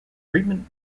treatment